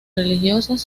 religiosas